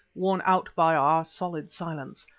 worn out by our solid silence,